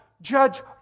judge